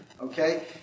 okay